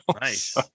Nice